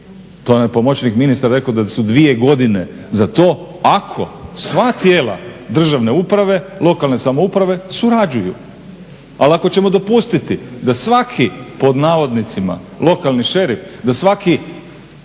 nam je pomoćnik ministra rekao da su dvije godine za to ako sva tijela državne uprave, lokalne samouprave surađuju. Ali ako ćemo dopustiti da svaki pod navodnicima lokalni šerif, da svaki